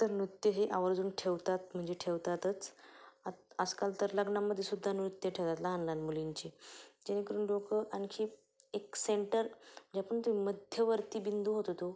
तर नृत्य हे आवर्जून ठेवतात म्हणजे ठेवतातच आ आजकाल तर लग्नामध्येसुद्धा नृत्य ठेवतात लहान लहान मुलींचे जेणेकरून लोक आणखी एक सेंटर ज्या पण ते मध्यवर्ती बिंदू होत होतो